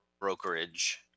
brokerage